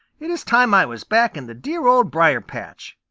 it is time i was back in the dear old briar-patch!